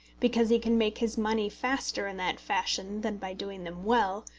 because he can make his money faster in that fashion than by doing them well,